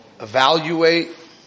evaluate